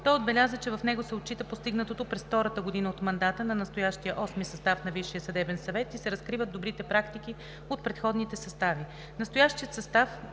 Той отбеляза, че в него се отчита постигнатото през втората година от мандата на настоящия осми състав на Висшия съдебен съвет и се разкриват добрите практики от предходните състави. Настоящият състав